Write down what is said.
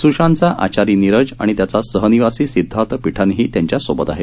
स्शांतचा आचारी नीरज आणि त्याचा सहनिवासी सिद्धार्थ पिठानीही त्यांच्यासोबत आहेत